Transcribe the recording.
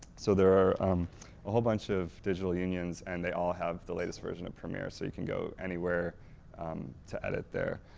so there are a whole bunch of digital unions and they all have the latest version of premier so you can go anywhere to edit there.